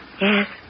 Yes